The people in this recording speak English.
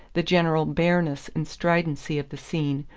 the general bareness and stridency of the scene,